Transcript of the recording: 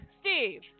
Steve